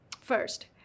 First